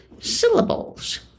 syllables